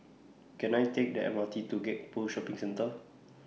Can I Take The M R T to Gek Poh Shopping Centre